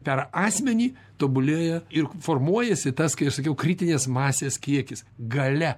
per asmenį tobulėja ir formuojasi tas kaip sakiau kritinės masės kiekis galia